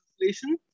inflation